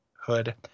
hood